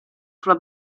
sulla